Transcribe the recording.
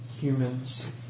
humans